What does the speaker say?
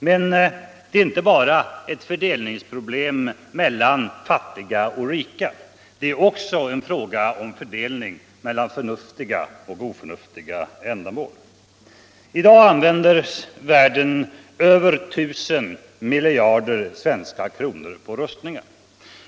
Men det är inte bara ett fördelningsproblem mellan fattiga och rika, det är också en fråga om fördelning mellan förnuftiga och oförnuftiga ändamål. I dag använder världen över 1 000 miljarder kronor på rustningar.